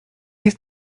jest